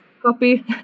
copy